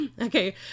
Okay